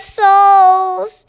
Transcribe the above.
souls